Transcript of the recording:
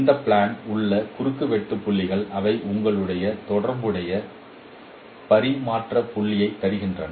இந்த பிளான் உள்ள குறுக்குவெட்டு புள்ளிகள் அவை உங்களுக்கு தொடர்புடைய பரிமாற்ற புள்ளியை தருகின்றன